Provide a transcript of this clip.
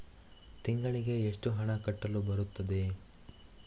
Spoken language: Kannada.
ತಿಂಗಳಿಗೆ ಎಷ್ಟು ಹಣ ಕಟ್ಟಲು ಬರುತ್ತದೆ?